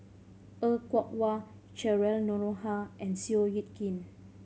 Er Kwong Wah Cheryl Noronha and Seow Yit Kin